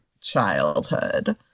childhood